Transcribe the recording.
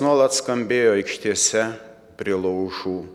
nuolat skambėjo aikštėse prie laužų